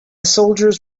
soldiers